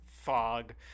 fog